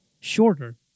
shorter